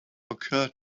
occur